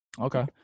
okay